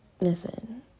listen